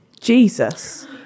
Jesus